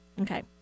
Okay